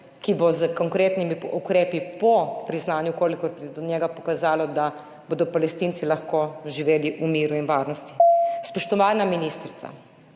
ki bo s konkretnimi ukrepi po priznanju, če pride do njega, pokazalo, da bodo Palestinci lahko živeli v miru in varnosti. Spoštovana ministrica,